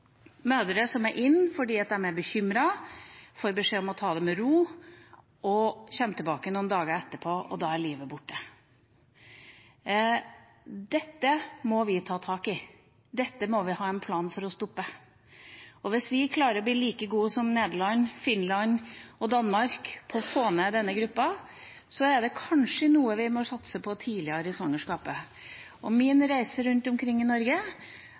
mødre som er inne fordi de er bekymret, får beskjed om å ta det med ro, og så kommer de tilbake noen dager etterpå, og da er livet borte. Dette må vi ta tak i. Dette må vi ha en plan for å stoppe. Hvis vi skal klare å bli like gode som Nederland, Finland og Danmark til å få ned det antallet, er det kanskje noe vi må satse på tidligere i svangerskapet. Min reise rundt omkring i Norge